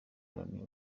loni